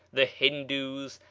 the hindoos,